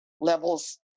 levels